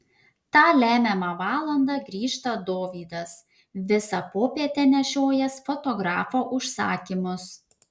tą lemiamą valandą grįžta dovydas visą popietę nešiojęs fotografo užsakymus